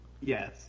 Yes